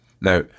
Now